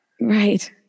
Right